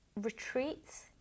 retreats